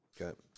Okay